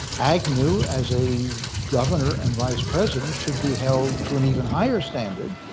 agnew, as a governor and vice president should be held to an even higher standard.